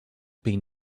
been